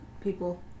people